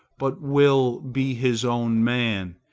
but will be his own man,